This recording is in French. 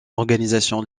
organisation